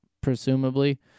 presumably